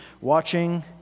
watching